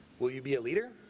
will you be a leader.